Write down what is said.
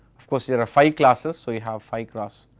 of course, you have five classes, so you have five class,